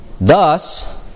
Thus